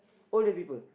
all the people